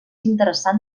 interessant